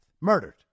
murdered